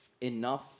enough